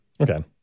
Okay